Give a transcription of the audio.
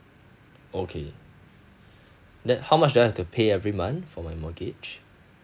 okay then how much do I have to pay every month for my mortgage